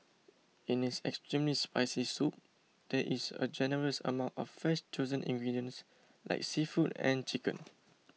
in its extremely spicy soup there is a generous amount of fresh chosen ingredients like seafood and chicken